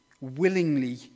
willingly